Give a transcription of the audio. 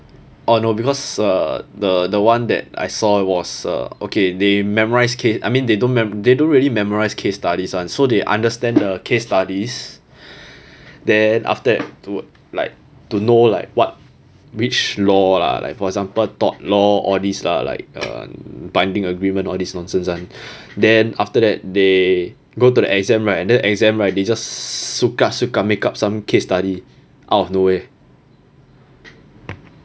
orh no because uh the the [one] that I saw it was uh okay they memorize ca~ I mean they don't they don't really memorize case studies [one] so they understand the case studies then after that to like to know like what which law lah like for example tort law all these lah like uh binding agreement all this nonsense [one] then after that they go to the exam right and then exam right they just suka-suka make up some case study out of nowhere